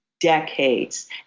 decades